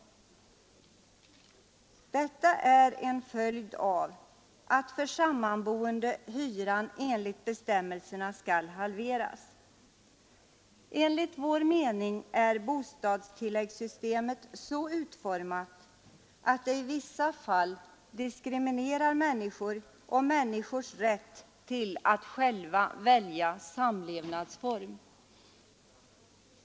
Detta är en följd av att för sammanboende hyran enligt bestämmelserna skall halveras. Enligt vår mening är bostadstilläggssystemet så utformat, att det i vissa fall diskriminerar människor och deras rätt att välja samlevnadsform.